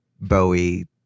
Bowie